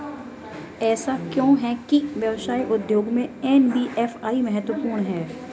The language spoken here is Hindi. ऐसा क्यों है कि व्यवसाय उद्योग में एन.बी.एफ.आई महत्वपूर्ण है?